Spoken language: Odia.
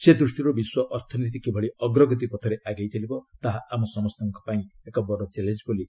ସେ ଦୃଷ୍ଟିରୁ ବିଶ୍ୱ ଅର୍ଥନୀତି କିଭଳି ଅଗ୍ରଗତି ପଥରେ ଆଗେଇ ଚାଲିବା ତାହା ଆମ ସମସ୍ତଙ୍କ ପାଇଁ ଏକ ବଡ ଚ୍ୟାଲେଞ୍ଜ ହୋଇଛି